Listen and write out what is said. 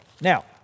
Now